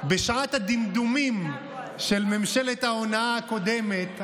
בשעת הדמדומים של ממשלת ההונאה הקודמת,